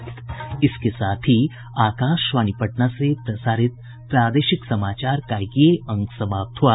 इसके साथ ही आकाशवाणी पटना से प्रसारित प्रादेशिक समाचार का ये अंक समाप्त हुआ